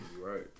Right